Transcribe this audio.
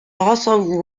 also